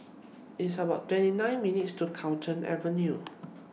It's about twenty nine minutes' to Carlton Avenue